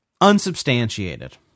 Unsubstantiated